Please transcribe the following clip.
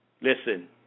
listen